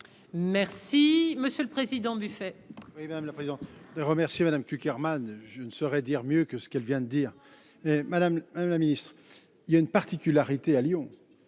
Merci Monsieur le Président, buffet. Et madame la présidente, de remercier Madame Cukierman, je ne saurais dire mieux que ce qu'elle vient de dire Madame hein, la ministre il y a une particularité à Lyon